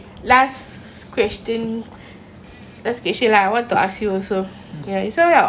last question lah I want to ask you also you know this all interview about me ah